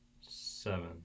seven